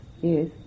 Yes